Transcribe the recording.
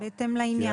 בהתאם לעניין.